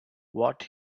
what